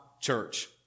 church